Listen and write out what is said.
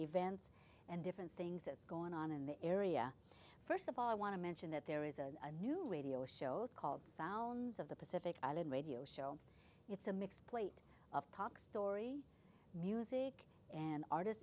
events and different things that's going on in the area first of all i want to mention that there is a new way to a show called sounds of the pacific island radio show it's a mix plate of talk story music and artist